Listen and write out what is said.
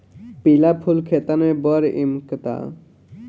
पिला फूल खेतन में बड़ झम्कता